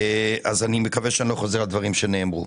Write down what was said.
אני מקווה שאני לא חוזר על דברים שנאמרו.